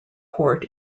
port